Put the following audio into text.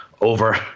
over